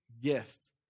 gift